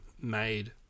made